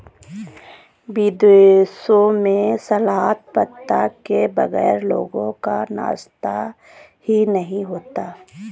विदेशों में सलाद पत्ता के बगैर लोगों का नाश्ता ही नहीं होता